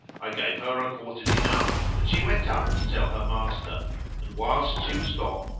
i gave her a quarter dinar and she went up to tell her master and, whilst she was gone,